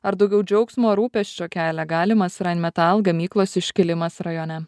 ar daugiau džiaugsmo rūpesčio kelia galimas rain metal gamyklos iškilimas rajone